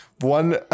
One